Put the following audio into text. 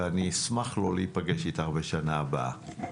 ואני אשמח לא להיפגש איתך בשנה הבאה.